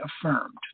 affirmed